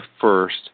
first